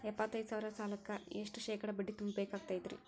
ಎಪ್ಪತ್ತೈದು ಸಾವಿರ ಸಾಲಕ್ಕ ಎಷ್ಟ ಶೇಕಡಾ ಬಡ್ಡಿ ತುಂಬ ಬೇಕಾಕ್ತೈತ್ರಿ?